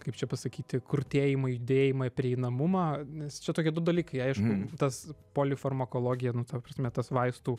kaip čia pasakyti krutėjimą judėjimą prieinamumą nes čia tokie du dalykai aišku tas polifarmakologija nu ta prasme tas vaistų